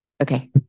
Okay